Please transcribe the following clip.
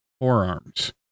forearms